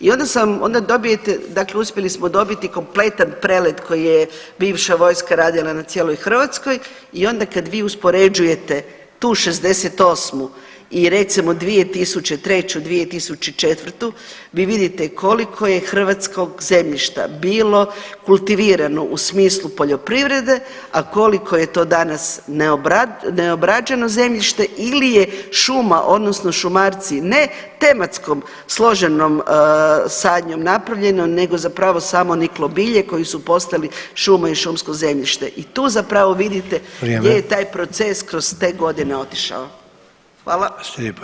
I onda sam, onda dobijete, dakle uspjeli smo dobiti kompletan prelet koji je bivša vojska radila na cijeloj Hrvatskoj i onda kad vi uspoređujete tu '68. i recimo 2003.-2004. vi vidite koliko je hrvatskog zemljišta bilo kultivirano u smislu poljoprivrede, a koliko je to danas neobrađeno zemljište ili je šuma odnosno šumarci ne tematskom složenom sadnjom napravljeno nego zapravo samoniklo bilje koji su postali šuma i šumsko zemljište i tu zapravo vidite gdje je taj proces kroz te godine otišao.